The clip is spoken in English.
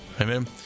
Amen